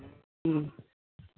ᱦᱮᱸ